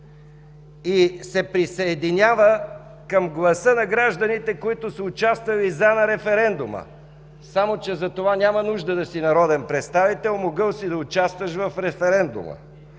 и се присъединява към гласа на гражданите, които са участвали „за” на референдума, само че затова няма нужда да си народен представител, могъл си да участваш в референдума.